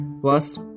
Plus